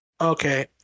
Okay